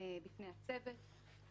בפני הצוות.